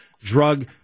drug